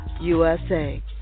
USA